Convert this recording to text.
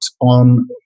on